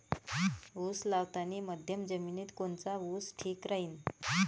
उस लावतानी मध्यम जमिनीत कोनचा ऊस ठीक राहीन?